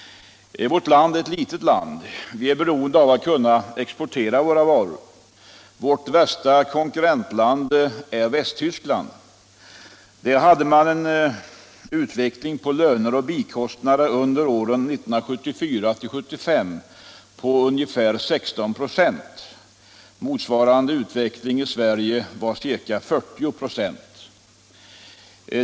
Vårt land är litet. Sverige är beroende av att kunna exportera sina varor. Vårt värsta konkurrentland är Västtyskland. Där hade man 1974-1975 en ökning på ungefär 16 96 när det gäller löner och bikostnader. Motsvarande siffra för Sverige var ca 40 96.